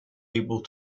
able